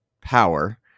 power